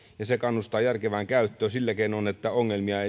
ja se kannustaa järkevään käyttöön sillä keinoin että ongelmia